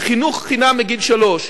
בחינוך חינם מגיל שלוש,